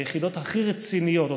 היחידות הכי רציניות,